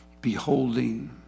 beholding